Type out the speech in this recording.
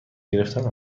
گرفتن